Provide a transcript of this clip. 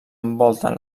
envolten